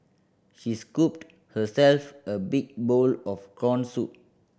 she scooped herself a big bowl of corn soup